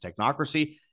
technocracy